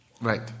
Right